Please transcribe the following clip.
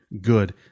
good